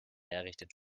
errichtet